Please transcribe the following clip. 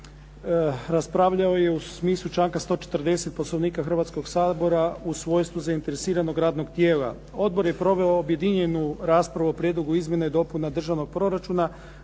Raspravljao je u smislu članka 140. Poslovnika Hrvatskoga sabora u svojstvu zainteresiranog radnog tijela. Odbor je proveo objedinjenu raspravu o Prijedlogu izmjena i dopuna Državnog proračuna,